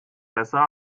besser